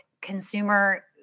consumer